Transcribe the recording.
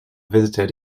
visited